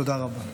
תודה רבה.